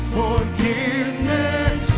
forgiveness